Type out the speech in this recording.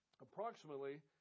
approximately